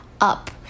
up